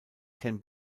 can